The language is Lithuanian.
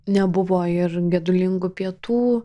nebuvo ir gedulingų pietų